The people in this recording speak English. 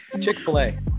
Chick-fil-A